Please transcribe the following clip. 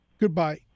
Goodbye